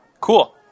Cool